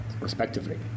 respectively